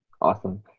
Awesome